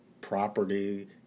property